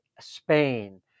Spain